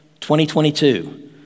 2022